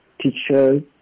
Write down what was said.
teachers